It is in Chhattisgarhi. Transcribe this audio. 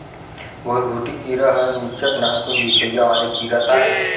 घुनघुटी कीरा ह निच्चट नानकुन दिखइया वाले कीरा ताय